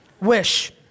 Wish